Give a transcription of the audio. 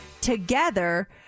together